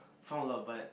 sound loud but